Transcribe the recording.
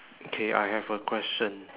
okay I have a question